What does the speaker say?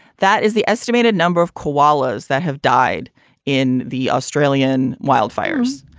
that is the estimated number of koalas that have died in the australian wildfires.